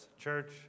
Church